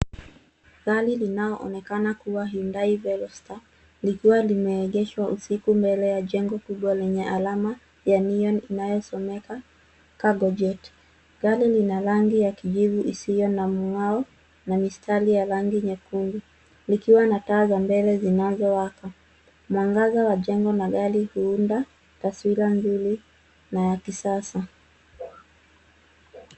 Gari linaoonekana kuwa Hyundai Velosta , likiwa limeegeshwa usiku mbele ya jengo kubwa lenye alama ya Neon , inayosomeka, Cargo Jet. Gari lina rangi ya kijivu isiyo na mng'ao, na mistari ya rangi nyekundu, likiwa na taa za mbele zinazowaka. Mwangaza wa jengo na gari huunda, taswira nzuri na ya kisasa.